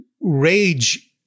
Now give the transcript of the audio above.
rage